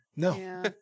No